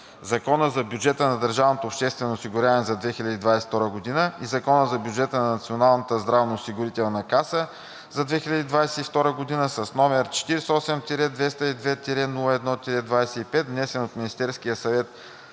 Закона за бюджета на държавното обществено осигуряване за 2022 г. и Закона за бюджета на Националната здравноосигурителна каса за 2022 г., № 48-202-01-25, внесен от Министерския съвет